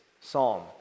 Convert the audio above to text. psalm